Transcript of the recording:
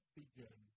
begin